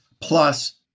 plus